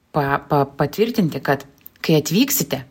pa pa patvirtinti kad kai atvyksite